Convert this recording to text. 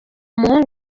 umuhungu